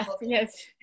Yes